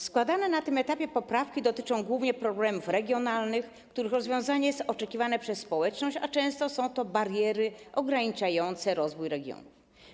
Składane na tym etapie poprawki dotyczą głównie problemów regionalnych, których rozwiązanie jest oczekiwane przez społeczność, a często w wyniku tych problemów powstają bariery ograniczające rozwój regionów.